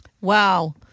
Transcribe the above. Wow